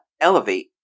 elevate